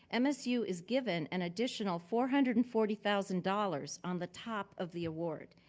and msu is given an additional four hundred and forty thousand dollars on the top of the award.